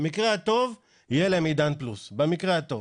במקרה הטוב, יהיה להם עידן פלוס, זה במקרה הטוב.